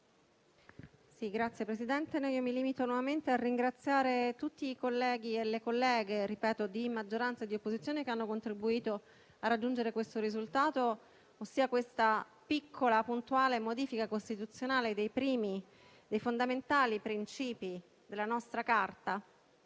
Signor Presidente, mi limito nuovamente a ringraziare tutti i colleghi e le colleghe di maggioranza e di opposizione che hanno contribuito a raggiungere il risultato, ossia questa piccola, puntuale modifica costituzionale dei fondamentali principi della nostra Carta,